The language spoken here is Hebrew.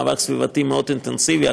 מאבק סביבתי מאוד אינטנסיבי.